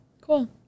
Cool